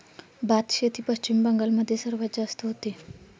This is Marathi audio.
भातशेती पश्चिम बंगाल मध्ये सर्वात जास्त होते